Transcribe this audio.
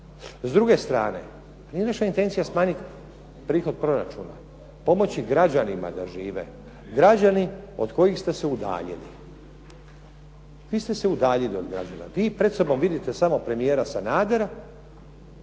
S druge strane, nije naša intencija smanjit prihod proračuna. Pomoći građanima da žive, građani od kojih ste se udaljili. Vi ste se udaljili od građana, vi pred sobom vidite samo premijera Sanadera,